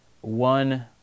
one